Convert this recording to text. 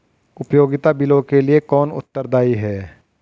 उपयोगिता बिलों के लिए कौन उत्तरदायी है?